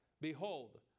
Behold